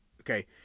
Okay